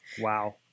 Wow